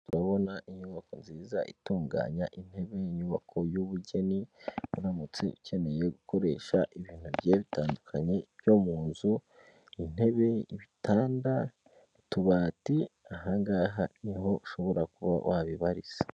Urabona inyubako nziza itunganya intebe, inyubako y'ubugeni uramutse ukeneye gukoresha ibintu bigiye bitandukanye byo muzu intebe, ibitanda, utubati, aha ngaha niho ushobora kuba wabibariza.